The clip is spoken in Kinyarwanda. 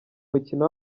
mukino